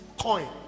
coin